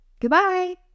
Goodbye